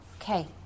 Okay